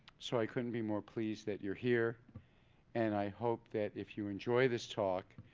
so i couldn't be more pleased that you're here and i hope that if you enjoy this talk,